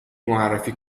معرفی